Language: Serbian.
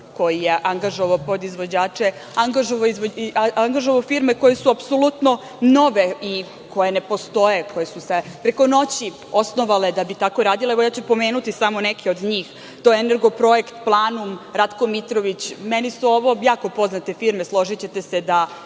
koji je angažovao podizvođače, angažovao firme koje su apsolutno nove i koje ne postoje, koje su se preko noći osnovale da bi tako radile. Evo, ja ću pomenuti samo neke od njih. To je „Energoprojekt“, „Planum“, „Rako Mitrović“. Meni su ovo jako poznate firme. Složićete se da